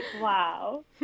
wow